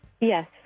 yes